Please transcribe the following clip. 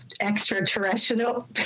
extraterrestrial